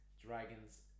Dragons